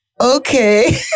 Okay